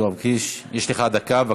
בעד, 36, אין נמנעים, אין מתנגדים.